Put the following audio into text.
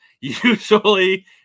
Usually